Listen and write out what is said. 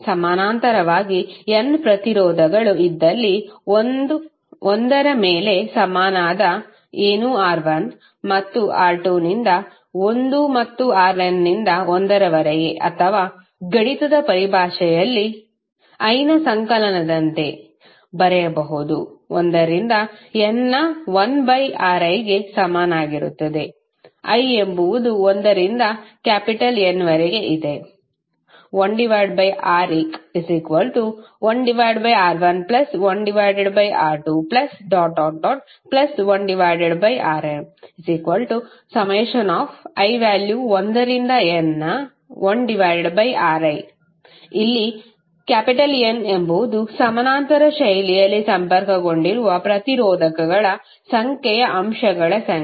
ಸಮಾನಾಂತರವಾಗಿ n ಪ್ರತಿರೋಧಗಳು ಇದ್ದಲ್ಲಿ 1 ಮೇಲೆ R ಗೆ ಸಮನಾದ ಏನೂ R1 ಮತ್ತು R2 ನಿಂದ 1 ಮತ್ತು Rn ನಿಂದ 1 ರವರೆಗೆ ಅಥವಾ ಗಣಿತದ ಪರಿಭಾಷೆಯಲ್ಲಿ i ನ ಸಂಕಲನದಂತೆ ಬರೆಯಬಹುದು 1 ರಿಂದ N ನ 1 ಬಯ್ Ri ಗೆ ಸಮನಾಗಿರುತ್ತದೆ i ಎಂಬುದು 1 ರಿಂದ N ವರೆಗೆ ಇದೆ 1Req1R11R21Rni1n1Ri ಇಲ್ಲಿ N ಎಂಬುದು ಸಮಾನಾಂತರ ಶೈಲಿಯಲ್ಲಿ ಸಂಪರ್ಕಗೊಂಡಿರುವ ಪ್ರತಿರೋಧಕಗಳ ಸಂಖ್ಯೆಯ ಅಂಶಗಳ ಸಂಖ್ಯೆ